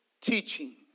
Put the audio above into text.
teaching